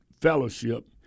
fellowship